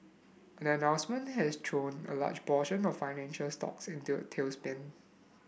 the announcement has thrown a large portion of financial stocks into a tailspin